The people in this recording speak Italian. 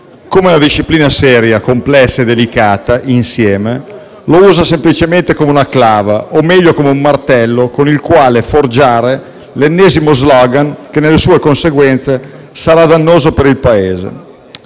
come una disciplina seria, complessa e delicata insieme, lo usa semplicemente come una clava, o meglio come un martello con il quale forgiare l'ennesimo *slogan* le cui conseguenze saranno dannose per il Paese.